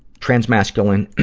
trans-masculine,